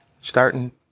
Starting